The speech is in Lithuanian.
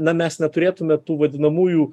na mes neturėtume tų vadinamųjų